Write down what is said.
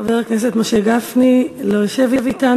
חבר הכנסת משה גפני, לא יושב אתנו.